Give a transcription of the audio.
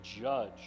judge